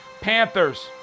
Panthers